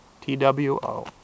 T-W-O